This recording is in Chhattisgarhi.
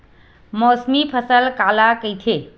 मौसमी फसल काला कइथे?